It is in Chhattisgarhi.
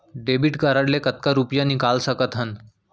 डेबिट कारड ले कतका रुपिया निकाल सकथन?